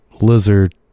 lizard